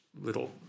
little